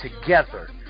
together